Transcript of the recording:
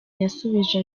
yasubije